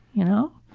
you know?